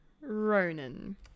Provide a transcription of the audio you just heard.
Ronan